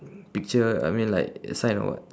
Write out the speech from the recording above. picture I mean like sign or what